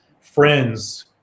friends